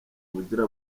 buragira